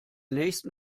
nächsten